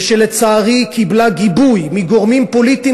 ושלצערי קיבלה גיבוי מגורמים פוליטיים,